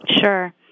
Sure